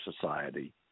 society